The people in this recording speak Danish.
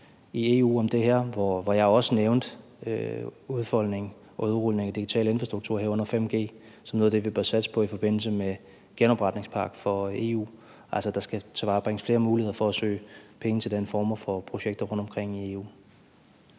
i EU om det her, hvor jeg også nævnte udfoldningen og udrulningen af digital infrastruktur, herunder 5G, som noget af det, vi bør satse på i forbindelse med en genopretningspakke for EU; altså, der skal tilvejebringes flere muligheder for at søge penge til den form for projekter rundtomkring i EU.